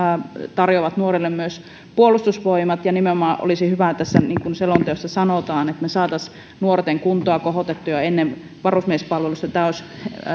tarjoaa nuorille myös puolustusvoimat ja nimenomaan olisi hyvä niin kuin tässä selonteossa sanotaan että me saisimme nuorten kuntoa kohotettua jo ennen varusmiespalvelusta tämä olisi